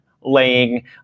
laying